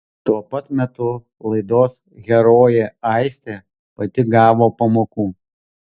tuo pat metu laidos herojė aistė pati gavo pamokų